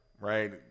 right